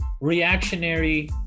reactionary